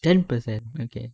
ten percent okay